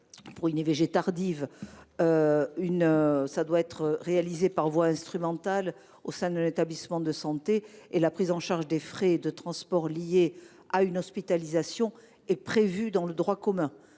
Or ces IVG doivent être réalisées par voie instrumentale au sein d’un établissement de santé, et la prise en charge des frais de transport liés à une hospitalisation est déjà prévue dans le droit commun.